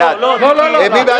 מי נגד?